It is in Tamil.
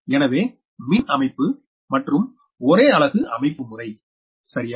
எனவே மின் அமைப்பு மற்றும் ஒரே அலகு அமைப்புமுறை சரியா